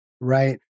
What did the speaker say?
Right